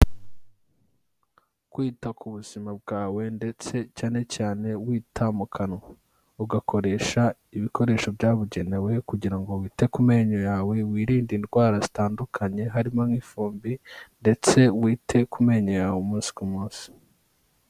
Kwita ku buzima bwawe ndetse cyane cyane wita mu kanwa, ugakoresha ibikoresho byabugenewe kugira wite ku menyo yawe, wirinde indwara zitandukanye, harimo nk'ifumbi ndetse wite ku menyo yawe umunsi ku munsi.